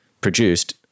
produced